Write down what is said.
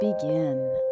begin